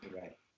Right